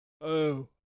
Oh